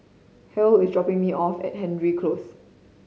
Hale is dropping me off at Hendry Close